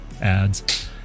ads